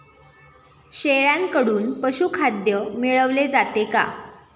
शेळ्यांकडून पशुखाद्य मिळवले जाते का?